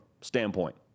standpoint